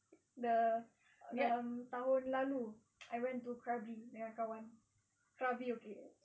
the um tahun lalu I went to krabi dengan kawan krabi okay